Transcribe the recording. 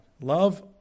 love